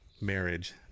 marriage